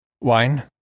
Wine